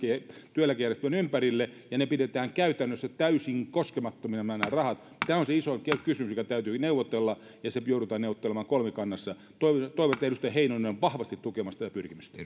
työeläkejärjestelyn ympärille ja nämä rahat pidetään käytännössä täysin koskemattomina tämä on se isoin kysymys mikä täytyy neuvotella ja se joudutaan neuvottelemaan kolmikannassa toivon toivon että edustaja heinonen on vahvasti tukemassa tätä pyrkimystä